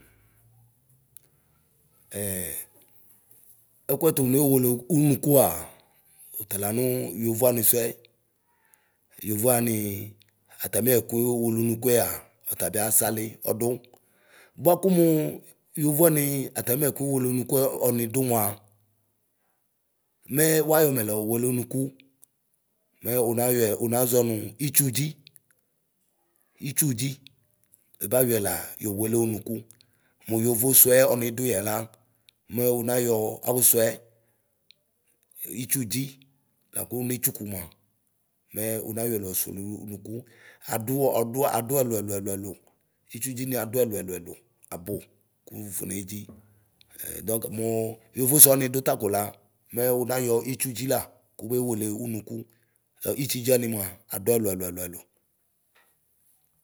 ɛkuɛtune welu unuka, ɔtala nua yovoani suɛ ;yovoanii ataniɛkuyo welunukuea, ɔtabiasali. Bua kumuru yovoani atanuɛkʋ welunukue ɔnidu mua, mɛɛ wuayɔ mɛ laowelenuku. Mɛ unayɔɛ unaʒɔɛ nu itsudƶi itsudzi, ɛbayɔɛla yo wele unuku. Mu yovosuɛ ɔniduyɛ la mɛ unayɔ awusuɛ e itsudzi laku une tsukuma, mɛ unayɔɛ lao suwu unuku. Adu ɔdu aduɛlʋɛlʋɛlʋɛlʋ, itsudzi mi adu ɛlʋɛlʋɛlʋ Abu kuwufɔnedzi; ɛdɔk muu yovosuwani du takɔla. mɛ unayɔ itsudzi la kube wele unuku ɣ itsudziani mua adu ɛlʋ ɛlʋ ɛlʋ ɛlʋ.